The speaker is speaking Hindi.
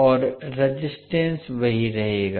और रेजिस्टेंस वही रहेगा